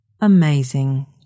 Amazing